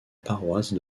paroisse